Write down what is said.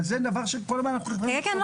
אבל זה דבר שאנחנו כל הזמן- -- כרגע לא.